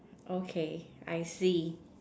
okay I see